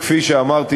כפי שאמרתי,